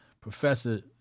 Professor